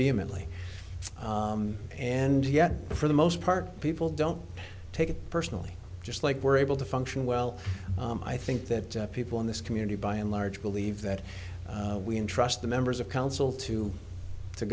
vehemently and yet for the most part people don't take it personally just like we're able to function well i think that people in this community by and large believe that we can trust the members of council to to